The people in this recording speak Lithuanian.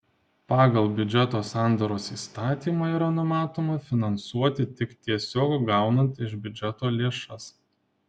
pagal biudžeto sandaros įstatymą yra numatoma finansuoti tik tiesiog gaunant iš biudžeto lėšas